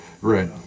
right